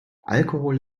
alkohol